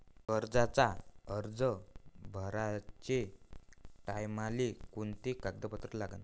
कर्जाचा अर्ज भराचे टायमाले कोंते कागद लागन?